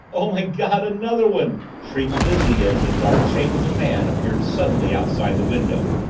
oh, my god another one! shrieked lizzie as the dark shape of a man appeared suddenly outside the window,